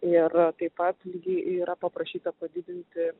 ir taip pat lygiai yra paprašyta padidinti